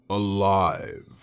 alive